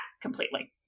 completely